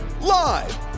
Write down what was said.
Live